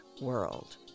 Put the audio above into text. world